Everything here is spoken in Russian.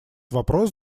вопрос